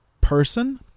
person